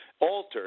altered